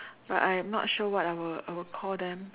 but I am not sure what I will I will Call them